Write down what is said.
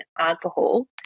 alcohol